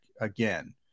again